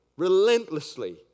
Relentlessly